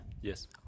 Yes